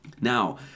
Now